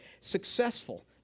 successful